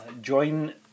Join